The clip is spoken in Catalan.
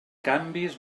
canvis